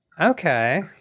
Okay